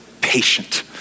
patient